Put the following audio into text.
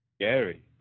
Gary